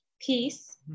peace